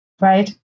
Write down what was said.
Right